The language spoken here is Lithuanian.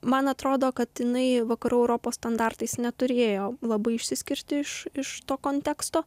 man atrodo kad jinai vakarų europos standartais neturėjo labai išsiskirti iš iš to konteksto